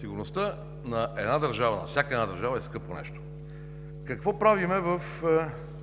сигурността на всяка една държава е скъпо нещо. Какво правим в